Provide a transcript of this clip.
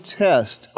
test